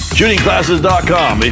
Shootingclasses.com